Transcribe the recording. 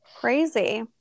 Crazy